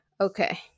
okay